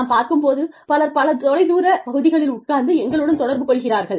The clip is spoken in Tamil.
நாம் பார்க்கும் போது பலர் பல தொலைதூர பகுதிகளில் உட்கார்ந்து எங்களுடன் தொடர்பு கொள்கிறார்கள்